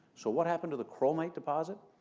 so, what happened to the chromite deposit?